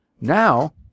Now